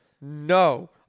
No